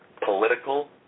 Political